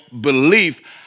belief